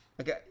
Okay